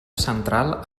central